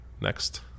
next